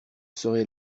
serai